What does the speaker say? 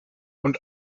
und